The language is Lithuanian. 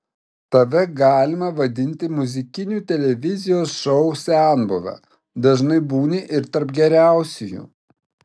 tave galima vadinti muzikinių televizijos šou senbuve dažnai būni ir tarp geriausiųjų